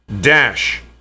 dash